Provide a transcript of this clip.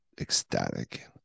ecstatic